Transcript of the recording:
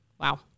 Wow